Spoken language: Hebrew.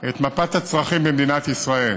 את מפת הצרכים במדינת ישראל